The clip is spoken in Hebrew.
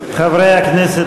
חברי הכנסת,